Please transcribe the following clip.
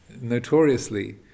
notoriously